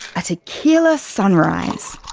a tequila sunrise.